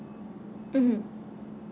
mmhmm